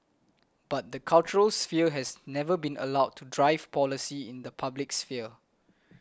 but the cultural sphere has never been allowed to drive policy in the public sphere